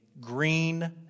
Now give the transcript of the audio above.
green